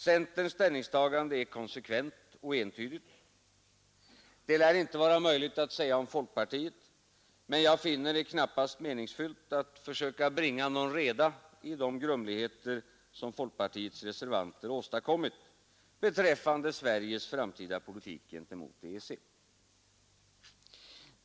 Centerns ställningstagande är konsekvent och entydigt. Det lär inte vara möjligt att säga om folkpartiet, men jag finner det knappast meningsfullt att försöka bringa någon reda i de grumligheter som folkpartiets reservanter åstadkommit beträffande Sveriges framtida politik gentemot EEC.